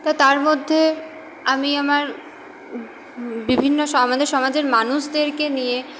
তা তার মধ্যে আমি আমার বিভিন্ন স আমাদের সমাজের মানুষদেরকে নিয়ে